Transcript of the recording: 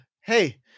Hey